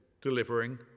delivering